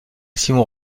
simon